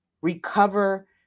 recover